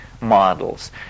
models